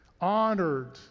honored